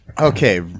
okay